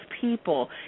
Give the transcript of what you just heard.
people